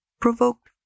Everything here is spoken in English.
provoked